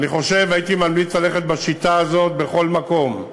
הייתי ממליץ ללכת בשיטה הזאת בכל מקום,